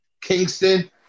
Kingston